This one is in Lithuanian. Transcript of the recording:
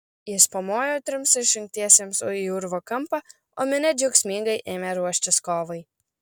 jis pamojo trims išrinktiesiems į urvo kampą o minia džiaugsmingai ėmė ruoštis kovai